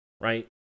right